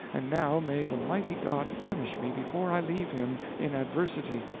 and now may the mighty god banish me before i leave him in adversity.